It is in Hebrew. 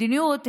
מדיניות,